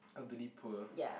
elderly poor